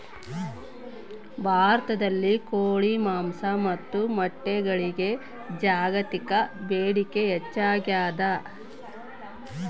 ಭಾರತದಲ್ಲಿ ಕೋಳಿ ಮಾಂಸ ಮತ್ತು ಮೊಟ್ಟೆಗಳಿಗೆ ಜಾಗತಿಕ ಬೇಡಿಕೆ ಹೆಚ್ಚಾಗ್ಯಾದ